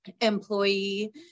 employee